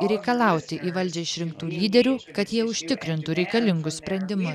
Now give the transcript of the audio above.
ir reikalauti į valdžią išrinktų lyderių kad jie užtikrintų reikalingus sprendimus